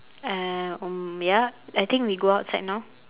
uh um ya I think we go outside now